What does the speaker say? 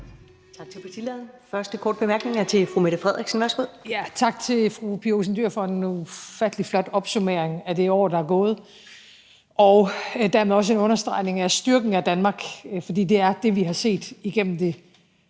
er fra fru Mette Frederiksen. Værsgo. Kl. 14:34 Mette Frederiksen (S): Tak til fru Pia Olsen Dyhr for en ufattelig flot opsummering af det år, der er gået, og dermed også en understregning af styrken af Danmark, for det er det, vi har set igennem det